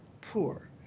poor